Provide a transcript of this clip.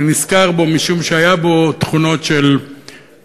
אני נזכר בו משום שהיו בו תכונות של נדיבות,